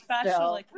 special